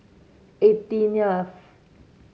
eighteenth